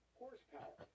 horsepower